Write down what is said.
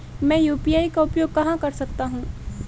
मैं यू.पी.आई का उपयोग कहां कर सकता हूं?